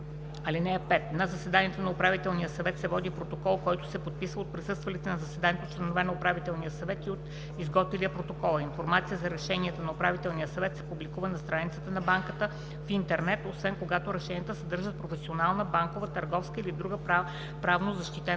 ал. 5: „(5) За заседанията на Управителния съвет се води протокол, който се подписва от присъствалите на заседанието членове на Управителния съвет и от изготвилия протокола. Информация за решенията на Управителния съвет се публикува на страницата на банката в интернет, освен когато решенията съдържат професионална, банкова, търговска или друга правнозащитена